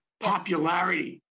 popularity